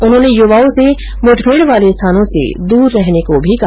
उन्होंने युवाओं से मुठभेड़ वाले स्थानों से दूर रहने को भी कहा